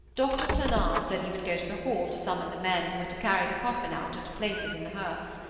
doctor planard said he would go to the hall to summon the men who were to carry the coffin out and place it in the hearse.